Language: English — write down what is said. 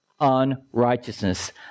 unrighteousness